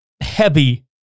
heavy